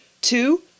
Two